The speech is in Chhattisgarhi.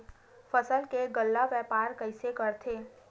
फसल के गल्ला व्यापार कइसे करथे?